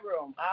room